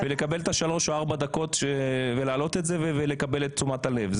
ולקבל את השלוש-ארבע דקות ולקבל את תשומת הלב.